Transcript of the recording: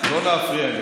לא להפריע לי.